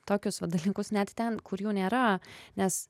tokius va dalykus net ten kur jų nėra nes